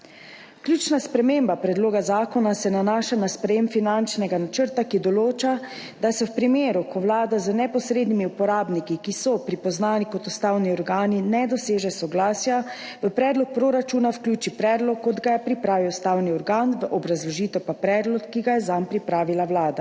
Ključna sprememba predloga zakona se nanaša na sprejem finančnega načrta, ki določa, da se v primeru, ko Vlada z neposrednimi uporabniki, ki so prepoznani kot ustavni organi, ne doseže soglasja, v predlog proračuna vključi predlog, kot ga je pripravil ustavni organ, v obrazložitev pa predlog, ki ga je zanj pripravila Vlada.